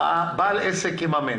בעל העסק יממן.